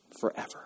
Forever